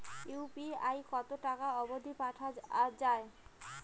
UPI কতো টাকা অব্দি পাঠা যায়?